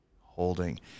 holding